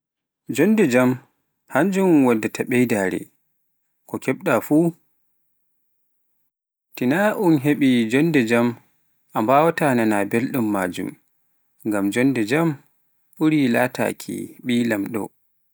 Jonde jamm hannjun waɗɗaata ɓeydare, ko kebda fuf tinaa on heɓe jonnde jamm a mbawaata nanaa belɗum maajum, ngam jonnde jam ɓuri lataaki ɓi lamɗo.